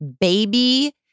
baby